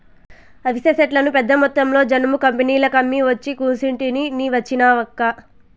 అవిసె సెట్లను పెద్దమొత్తంలో జనుము కంపెనీలకమ్మి ఒచ్చి కూసుంటిని నీ వచ్చినావక్కా